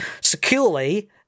securely